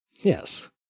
Yes